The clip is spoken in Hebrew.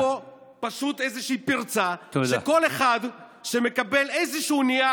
שיש פה פשוט איזושהי פרצה שכל אחד שמקבל איזשהו נייר